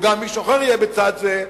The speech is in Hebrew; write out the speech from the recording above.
או גם מישהו אחר יהיה בצד הזה,